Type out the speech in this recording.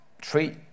Treat